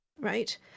right